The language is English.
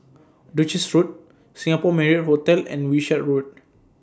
Duchess Road Singapore Marriott Hotel and Wishart Road